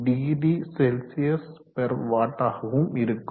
10CW ஆகவும் இருக்கும்